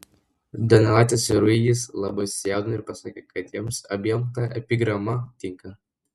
donelaitis ir ruigys labai susijaudino ir pasakė kad jiems abiem ta epigrama tinka